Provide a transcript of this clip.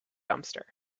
dumpster